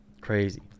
crazy